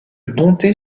bonté